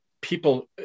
people